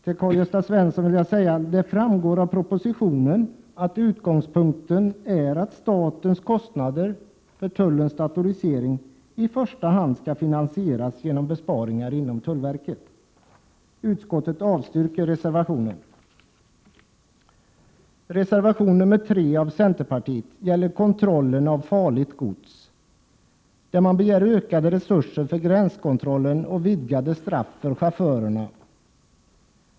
Det framgår av propositionen, Karl-Gösta Svenson, att utgångspunkten är att statens kostnader för tullens datorisering i första hand skall finansieras genom besparingar inom tullverket. Jag yrkar avslag på reservationen. Reservation nr 3 av centerpartiet gäller kontrollen av farligt gods. Man begär ökade resurser för gränskontrollen och vidgade straff för chaufförerna.